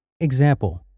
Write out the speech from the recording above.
Example